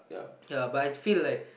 ya but I feel like